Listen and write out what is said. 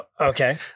okay